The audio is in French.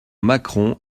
macron